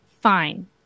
fine